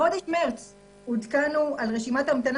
בחודש מרץ עודכנו על רשימת המתנה